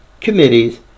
committees